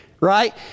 right